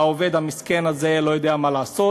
והעובד המסכן הזה לא יודע מה לעשות.